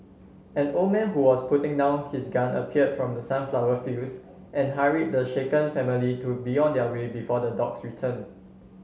an old man who was putting down his gun appeared from the sunflower fields and hurried the shaken family to be on their way before the dogs return